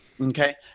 okay